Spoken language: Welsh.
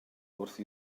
wrth